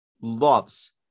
loves